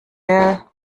will